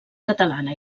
catalana